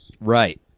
Right